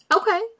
Okay